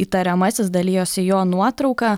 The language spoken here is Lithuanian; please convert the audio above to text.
įtariamasis dalijosi jo nuotrauka